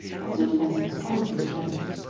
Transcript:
once or twice it was comically developed,